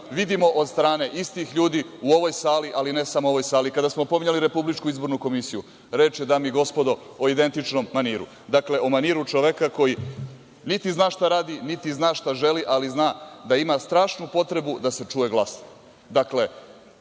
vidimo od strane istih ljudi u ovoj sali, ali ne samo u ovoj sali. Kada smo pominjali Republičku izbornu komisiju, reč je, dame i gospodo, o identičnom maniru, dakle, o maniru čoveka koji niti zna šta radi, niti zna šta želi, ali zna da ima strašnu potrebu da se čuje